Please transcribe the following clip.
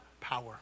power